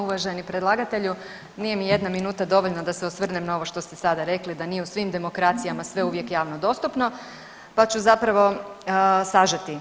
Uvaženi predlagatelju nije mi jedna minuta dovoljna da se osvrnem na ovo što ste sada rekli da nije u svim demokracijama sve uvijek javno dostupno pa ću zapravo sažeti.